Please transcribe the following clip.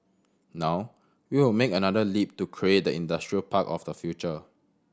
now we will make another leap to create the industrial park of the future